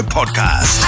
Podcast